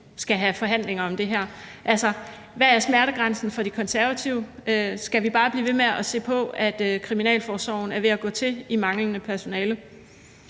skal have forhandlinger om det her. Altså, hvad er smertegrænsen for De Konservative? Skal vi bare blive ved med at se på, at kriminalforsorgen er ved at gå til i manglende personale?